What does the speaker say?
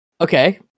Okay